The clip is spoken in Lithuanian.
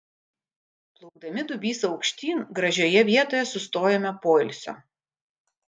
plaukdami dubysa aukštyn gražioje vietoje sustojome poilsio